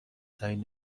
ترین